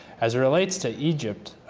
as it relates to egypt,